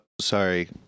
sorry